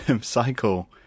cycle